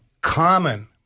common